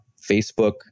Facebook